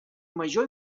major